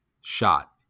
shot